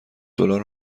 دلار